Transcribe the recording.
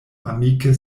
amike